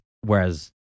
Whereas